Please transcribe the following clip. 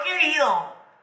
querido